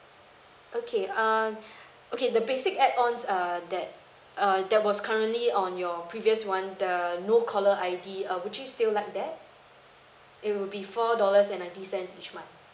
okay err okay the basic add ons err that err that was currently on your previous one the no collar I_D uh would you still like that it will be four dollars and ninety cents each month